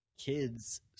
kids